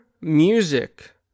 Music